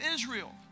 Israel